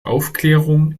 aufklärung